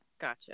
Gotcha